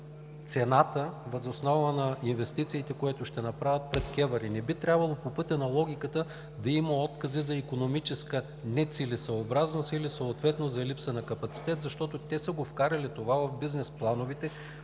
цената въз основа на инвестициите, които ще направят пред КЕВР, и не би трябвало по пътя на логиката да има откази за икономическа нецелесъобразност или съответно за липсата на капацитет, защото те са го вкарали в бизнес плановете,